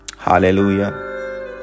Hallelujah